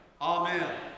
Amen